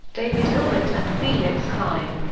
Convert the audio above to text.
david hilbert and felix klein.